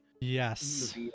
Yes